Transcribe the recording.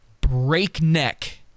breakneck